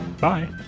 Bye